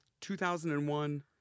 2001